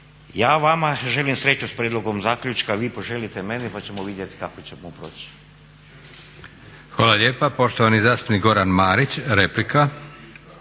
Ja vama želim sreću s prijedlogom zaključka, vi poželite meni pa ćemo vidjeti kako ćemo proći.